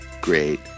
great